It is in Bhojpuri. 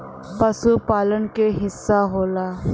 पसुपालन क हिस्सा होला